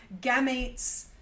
gametes